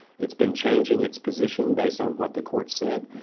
it's been changing its position based on what the court said.